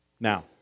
Now